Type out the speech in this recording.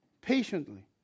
patiently